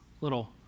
little